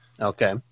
Okay